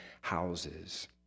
houses